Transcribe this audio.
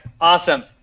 Awesome